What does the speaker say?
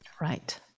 Right